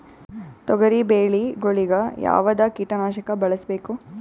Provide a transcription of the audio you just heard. ತೊಗರಿಬೇಳೆ ಗೊಳಿಗ ಯಾವದ ಕೀಟನಾಶಕ ಬಳಸಬೇಕು?